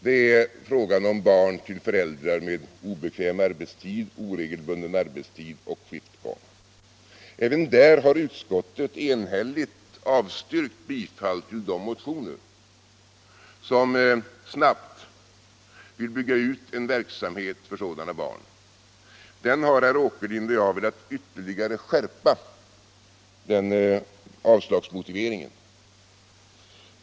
Det är fråga om barn till föräldrar med obekväm och oregelbunden arbetstid och med skiftgång. Även där har utskottet enhälligt avstyrkt bifall till de motioner som snabbt vill bygga ut en verksamhet för sådana barn. Den avslagsmotiveringen har herr Åkerlind och jag velat skärpa ytterligare.